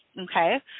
Okay